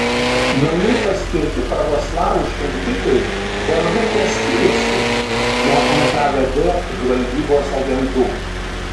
naujai paskirti pravoslavų šventikai vargu kuo skiriasi nuo nkvd žvalgybos agentų